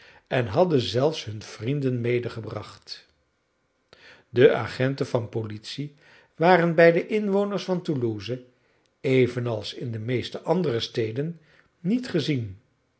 en hadden zelfs hun vrienden medegebracht de agenten van politie waren bij de inwoners van toulouse evenals in de meeste andere steden niet gezien